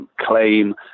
claim